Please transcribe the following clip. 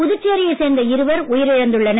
புதுச்சேரியை சேர்ந்த இருவர் உயிரிழந்துள்ளனர்